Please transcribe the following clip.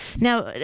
Now